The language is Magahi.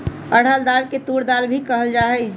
अरहर दाल के तूर दाल भी कहल जाहई